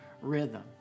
rhythm